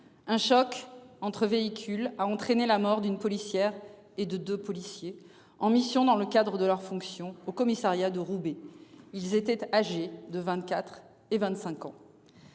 un chocs entre véhicules a entraîné la mort d'une policière et de de policiers en mission dans le cadre de leurs fonctions au commissariat de Roubaix ils étaient âgés de 24 et 25 ans.